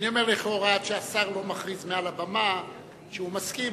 אני אומר "לכאורה" עד שהשר לא מכריז מעל הבמה שהוא מסכים,